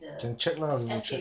can check lah we will check